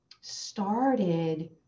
started